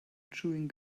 chewing